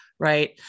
right